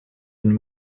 den